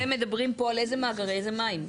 אתם מדברים פה על איזה מאגרים, איזה מים?